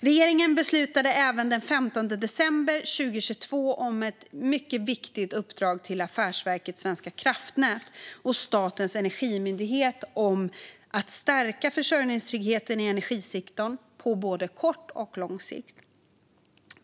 Regeringen beslutade även den 15 december 2022 om ett mycket viktigt uppdrag till Affärsverket svenska kraftnät och Statens energimyndighet om att stärka försörjningstryggheten i energisektorn på både kort och lång sikt.